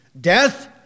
Death